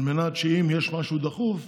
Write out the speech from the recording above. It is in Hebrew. על מנת שאם יש משהו דחוף,